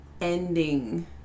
ending